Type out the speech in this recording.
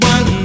One